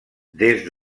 des